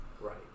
Right